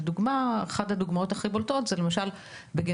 אחת הדוגמאות הכי בולטות היא בגנטיקה.